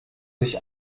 sich